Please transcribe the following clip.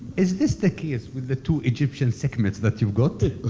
is this the case with the two egyptian segments that you've got? there